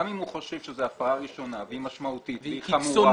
גם אם הוא חושב שזאת הפרה ראשונה והיא משמעותית והיא חמורה.